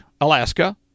Alaska